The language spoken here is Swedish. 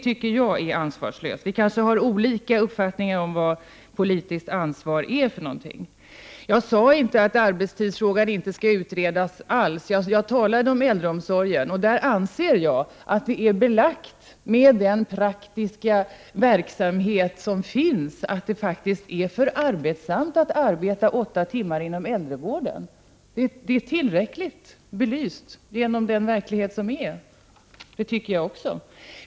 Vi har kanske olika uppfattning om vad politiskt ansvar är för någonting. Jag sade inte att arbetstidsfrågan inte bör utredas alls. Vad jag talade om var äldreomsorgen och beträffande den anser jag att den praktiska verksamheten har visat att det är för arbetsamt att arbeta åtta timmar om dagen inom äldrevården. Verkligheten har själv belyst detta tillräckligt.